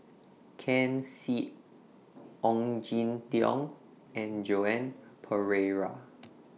Ken Seet Ong Jin Teong and Joan Pereira